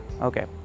okay